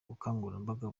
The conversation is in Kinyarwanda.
ubukangurambaga